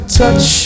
touch